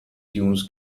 tunes